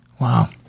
Wow